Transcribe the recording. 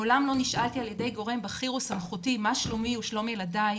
מעולם לא נשאלתי ע"י גורם בכיר או סמכותי מה שלומי ושלום ילדיי,